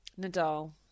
Nadal